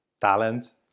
talent